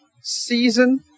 season